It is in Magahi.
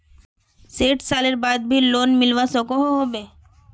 सैट सालेर बाद भी लोन मिलवा सकोहो होबे?